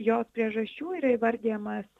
jos priežasčių yra įvardijamas